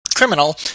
criminal